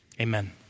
amen